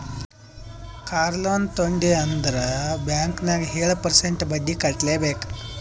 car loan ತೊಂಡಿ ಅಂದುರ್ bank ನಾಗ್ ಏಳ್ ಪರ್ಸೆಂಟ್ರೇ ಬಡ್ಡಿ ಕಟ್ಲೆಬೇಕ್